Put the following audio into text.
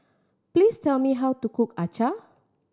please tell me how to cook acar